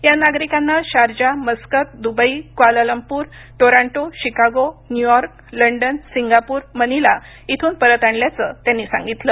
या नागरिकांना Sharjah Muscat Dubai Kuala Lumpur Toronto Chicago New York London Singapore Manila इथून परत आणल्याचं त्यांनी सांगितलं